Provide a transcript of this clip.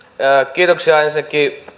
kiitoksia ensinnäkin